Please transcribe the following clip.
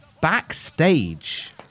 Backstage